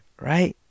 Right